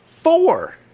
four